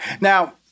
Now